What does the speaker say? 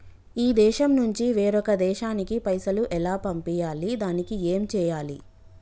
ఈ దేశం నుంచి వేరొక దేశానికి పైసలు ఎలా పంపియ్యాలి? దానికి ఏం చేయాలి?